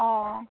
অঁ